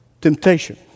temptation